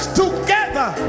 together